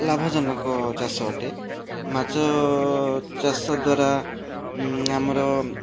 ଲାଭଜନକ ଚାଷ ଅଟେ ମାଛ ଚାଷ ଦ୍ଵାରା ଆମର